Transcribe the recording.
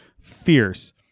fierce